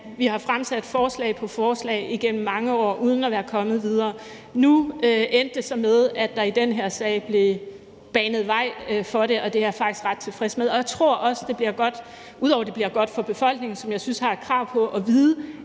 vi har fremsat forslag på forslag igennem mange år uden at være kommet videre. Nu endte det så med, at der i den her sag blev banet vej for det, og det er jeg faktisk ret tilfreds med. Ud over at det bliver godt for befolkningen, som jeg synes har et krav på at vide,